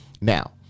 Now